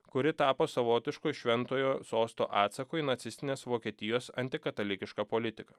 kuri tapo savotišku šventojo sosto atsaku į nacistinės vokietijos antikatalikišką politiką